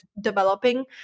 developing